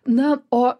na o